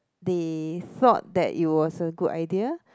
they thought that it was a good idea